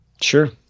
Sure